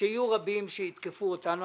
שיהיו רבים שיתקפו אותנו.